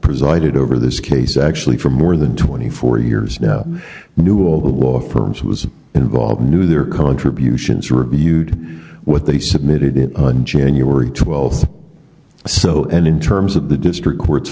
presided over this case actually for more than twenty four years now do all the law firms was involved knew their contributions reviewed what they submitted it january twelfth so and in terms of the district court